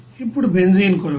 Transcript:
ఇప్పుడు బెంజీన్ కొరకు 178